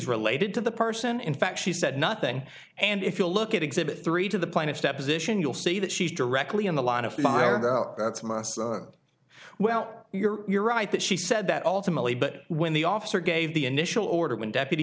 related to the person in fact she said nothing and if you look at exhibit three to the plaintiff's deposition you'll see that she's directly in the line of fire well you're you're right that she said that ultimately but when the officer gave the initial order when deputy